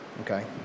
Okay